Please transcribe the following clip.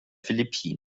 philippinen